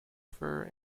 fir